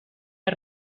are